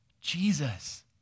Jesus